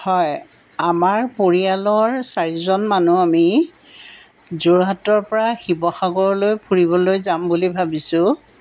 হয় আমাৰ পৰিয়ালৰ চাৰিজন মানুহ আমি যোৰহাটৰ পৰা শিৱসাগৰলৈ ফুৰিবলৈ যাম বুলি ভাবিছোঁ